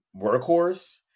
workhorse